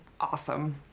awesome